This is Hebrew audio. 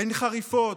הן חריפות.